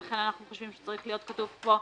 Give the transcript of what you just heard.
ולכן אנחנו חושבים שצריך להיות כתוב פה: